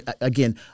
again